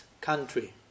country